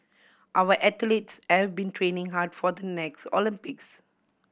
our athletes have been training hard for the next Olympics